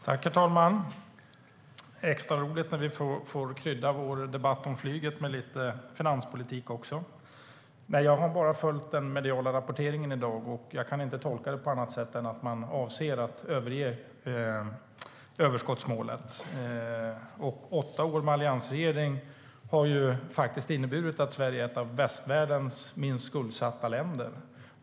Herr talman! Det är extra roligt när vi får krydda vår debatt om flyget med lite finanspolitik. Jag har bara följt den mediala rapporteringen i dag, och jag kan inte tolka det på annat sätt än att man avser att överge överskottsmålet. Åtta år med alliansregering har ju inneburit att Sverige är ett av västvärldens minst skuldsatta länder.